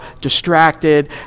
distracted